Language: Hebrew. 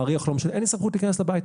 אין לי סמכות להיכנס לבית.